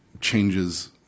changes